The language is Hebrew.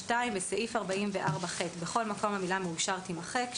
בסעיף 44ח בכל מקום, המילה "מאושר" תימחק.